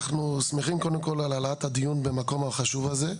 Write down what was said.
אנחנו שמחים קודם כל על העלאת הדיון במקום החשוב הזה.